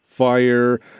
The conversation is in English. fire